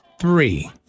three